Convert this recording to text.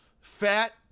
fat